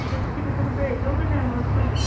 ਠੀਕ ਆ ਤੁਸੀਂ ਕਿਸੇ ਨੂੰ ਭੇਜ ਦਿਓਗੇ ਲੈਣ ਵਾਸਤੇ